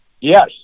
Yes